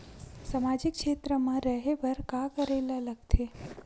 सामाजिक क्षेत्र मा रा हे बार का करे ला लग थे